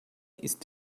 ist